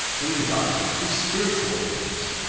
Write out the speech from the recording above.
in regard to spiritual things?